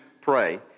pray